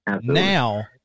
Now